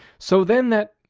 so then that,